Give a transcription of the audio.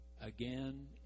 Again